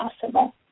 possible